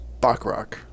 Bachrock